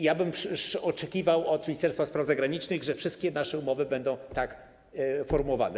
Ja bym oczekiwał od Ministerstwa Spraw Zagranicznych, że wszystkie nasze umowy będą tak formułowane.